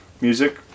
music